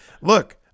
look